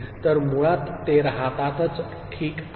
तर मुळात ते राहतातच ठीक आहे